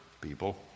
people